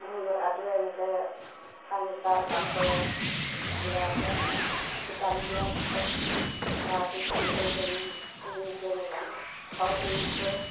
মোৰ ল'ৰাটোৱে এনেকৈ ফাৰ্নিচাৰ কাম কৰে ল'ৰাটো দোকান দিয়াৰ পিছত ল'ৰাটো কি হৈ গ'ল আমি নিজে নাজানো ঘৰ এৰি থৈ